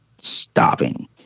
stopping